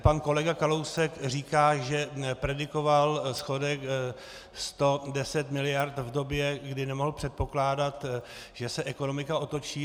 Pan kolega Kalousek říká, že predikoval schodek 110 mld. v době, kdy nemohl předpokládat, že se ekonomika otočí.